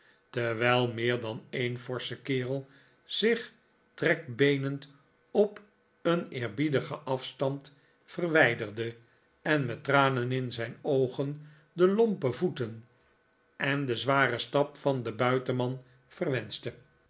terwijl meer dan een forsche kerel zich trekbeenend op een eerbiedigen af stand verwijderde en met tranen in zijn oogen de lompe voeten en den zwaren stap van den buitenman verwenschte